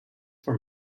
for